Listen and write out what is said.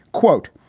quote,